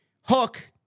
Hook